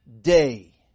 day